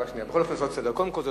קודם כול,